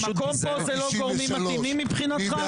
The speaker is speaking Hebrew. המקום פה זה לא גורמים מתאימים מבחינתך?